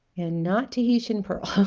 and not tahitian pearl